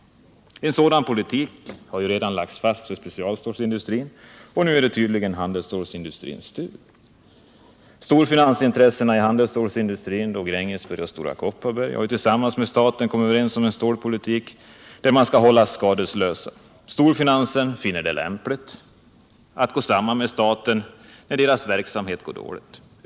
En sådan politik har redan lagts fast för specialstålsindustrin, och nu är det tydligen handelsstålsindustrins tur. Storfinansintressena i handelsstålsindustrin — Gränges och Stora Kopparberg — har tillsammans med staten kommit överens om en stålpolitik där de skall hållas skadeslösa. Storfinansen finner det lämpligt att gå samman med staten när dess verksamhet går dåligt.